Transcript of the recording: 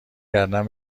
گردن